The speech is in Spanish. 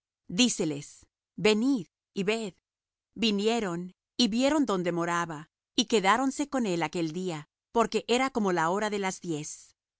díceles venid y ved vinieron y vieron donde moraba y quedáronse con él aquel día porque era como la hora de las diez